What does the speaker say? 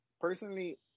personally